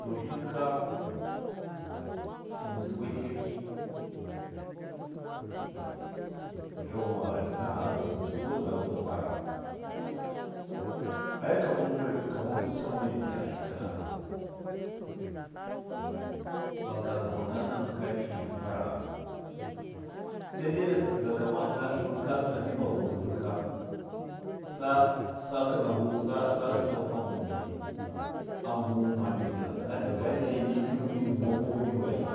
to tlinka sɨbu sɨbu kirki yauwa tlina a gɨsakɨ subu ina kuma fara a ai kama kama mu canma mufiya ika nakaka faka guma ma nakɨ kani ndɨ fara a sadai nata tsigakamau ina tlinu ka sɨna fi bako dzika sa, sa kɨnahu hamba marmari angwu midi dahika ha ndi gane mi kɨn mi bubuwau mi baki